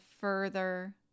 further